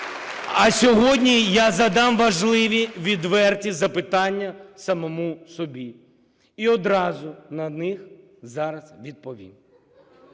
А сьогодні я задам важливі, відверті запитання самому собі і одразу на них зараз відповім.